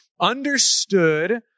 understood